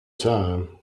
time